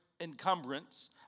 encumbrance